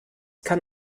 kann